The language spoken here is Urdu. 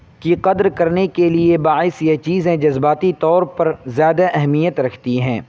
کی قدر کرنے کے لیے باعث یہ چیزیں جذباتی طور پر زیادہ اہمیت رکھتی ہیں